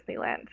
Disneyland